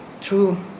true